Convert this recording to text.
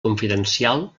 confidencial